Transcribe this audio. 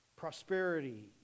prosperity